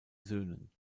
söhnen